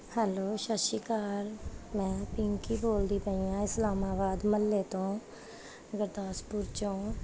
hello ਸਤਿ ਸ਼੍ਰੀ ਅਕਾਲ ਮੈਂ ਪਿੰਕੀ ਬੋਲਦੀ ਪਈ ਹਾਂ ਇਸਲਾਮਾਬਾਦ ਮਹੱਲੇ ਤੋਂ ਗੁਰਦਾਸਪੁਰ 'ਚੋਂ